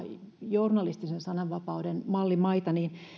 journalistisen sananvapauden mallimaita niin